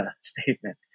statement